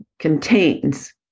Contains